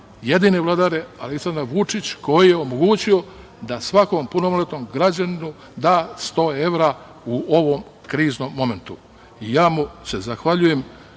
jedini vladar je Aleksandar Vučić koji je omogućio da se svakom punoletnom građaninu da 100 evra u ovom kriznom momentu. Ja mu se zahvaljujem